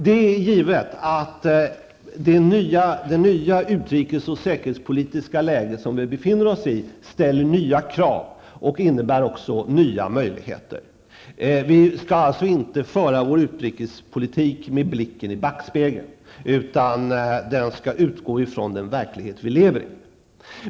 Det är givet att det nya utrikes och säkerhetspolitiska läge som vi befinner oss i ställer nya krav men också innebär nya möjligheter. Vi skall alltså inte föra vår utrikespolitik med blicken i backspegeln, utan den skall utgå från den verklighet som vi lever i.